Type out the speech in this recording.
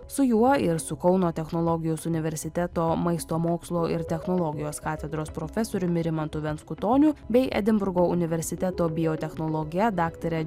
su juo ir su kauno technologijos universiteto maisto mokslo ir technologijos katedros profesoriumi rimantu venskutoniu bei edinburgo universiteto biotechnologe daktare